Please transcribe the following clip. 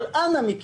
אנא מכם,